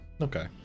okay